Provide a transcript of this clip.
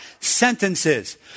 sentences